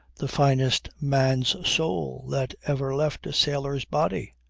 the finest man's soul that ever left a sailor's body.